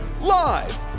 Live